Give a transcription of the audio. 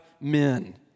men